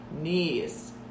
knees